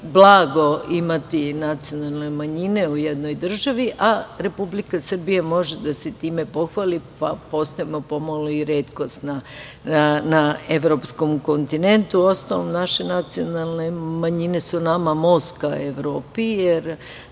blago imati nacionalne manjine u jednoj državi, a Republika Srbija može da se time pohvali, postajemo pomalo i retkost na evropskom kontinentu. Uostalom, naše nacionalne manjine su nama most ka Evropi, jer